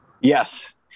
Yes